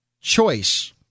choice